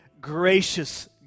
gracious